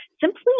Simply